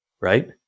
right